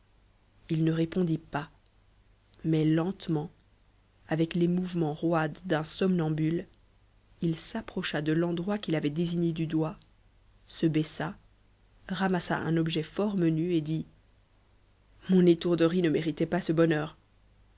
il ne répondit pas mais lentement avec les mouvements roides d'un somnambule il s'approcha de l'endroit qu'il avait désigné du doigt se baissa ramassa un objet fort menu et dit mon étourderie ne méritait pas ce bonheur